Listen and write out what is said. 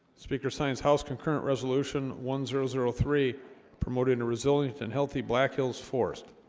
speaker science house concurrent resolution one zero zero three promoting a resilient and healthy black hills forests